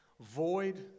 Void